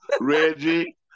Reggie